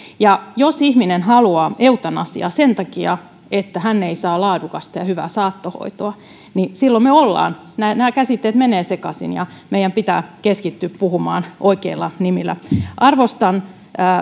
jos ihminen haluaa eutanasiaa sen takia että hän ei saa laadukasta ja hyvää saattohoitoa niin silloin nämä käsitteet menevät sekaisin meidän pitää keskittyä puhumaan oikeilla nimillä arvostan